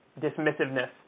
dismissiveness